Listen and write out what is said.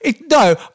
No